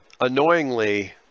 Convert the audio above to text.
annoyingly